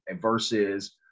versus